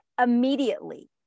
immediately